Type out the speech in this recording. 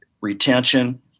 retention